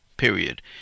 period